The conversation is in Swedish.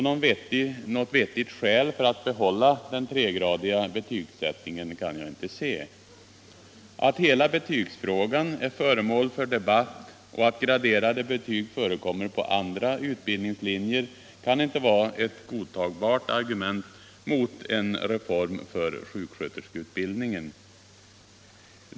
Något vettigt skäl för att behålla den tregradiga betygsättningen kan jag inte se. Att hela betygsfrågan är föremål för debatt och att graderade betyg förekommer på andra utbildningslinjer kan inte vara ett godtagbart argument mot en reform av sjuksköterskeutbildningen.